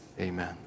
Amen